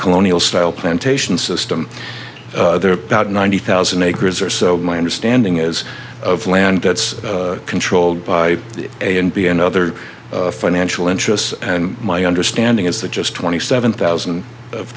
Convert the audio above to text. colonial style plantation system there are not ninety thousand acres or so my understanding is of land that's controlled by a and b and other financial interests and my understanding is that just twenty seven thousand of